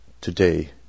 today